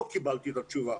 לא קיבלתי את התשובה.